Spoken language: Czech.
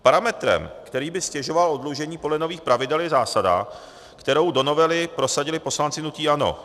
Parametrem, který by ztěžoval oddlužení podle nových pravidel, je zásada, kterou do novely prosadili poslanci hnutí ANO.